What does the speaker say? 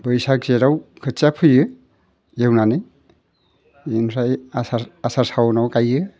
बैसाग जेठआव खोथिया फोयो एवनानै इनिफ्राय आसार आसार सावनाव गायो